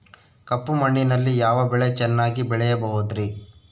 ಕಪ್ಪು ಮಣ್ಣಿನಲ್ಲಿ ಯಾವ ಬೆಳೆ ಚೆನ್ನಾಗಿ ಬೆಳೆಯಬಹುದ್ರಿ?